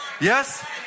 Yes